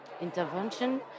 intervention